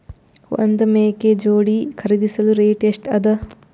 ಒಂದ್ ಮೇಕೆ ಜೋಡಿ ಖರಿದಿಸಲು ರೇಟ್ ಎಷ್ಟ ಅದ?